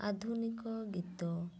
ଆଧୁନିକ ଗୀତ